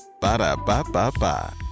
Ba-da-ba-ba-ba